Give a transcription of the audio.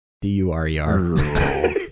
D-U-R-E-R